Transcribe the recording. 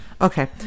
Okay